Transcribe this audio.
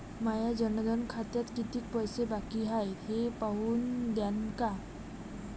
माया जनधन खात्यात कितीक पैसे बाकी हाय हे पाहून द्यान का?